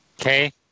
Okay